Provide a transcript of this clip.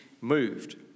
moved